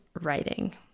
writing